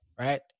right